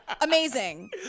Amazing